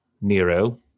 Nero